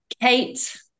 Kate